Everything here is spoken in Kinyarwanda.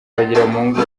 twagiramungu